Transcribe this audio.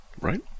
right